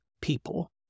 people